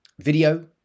video